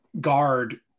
guard